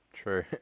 True